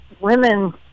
women